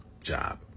job